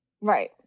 Right